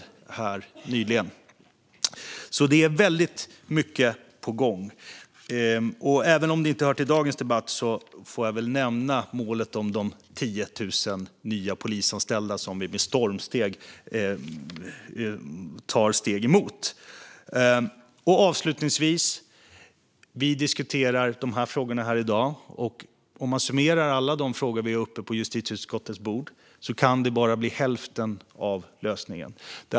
Det är alltså väldigt mycket på gång, och även om det inte hör till dagens debatt får jag väl nämna målet om de 10 000 nya polisanställda som vi med stormsteg är på väg emot. Vi diskuterar dessa frågor här i dag, men även om man summerar alla de frågor som är uppe på justitieutskottets bord kan det bara bli hälften av lösningen.